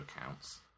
accounts